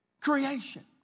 creation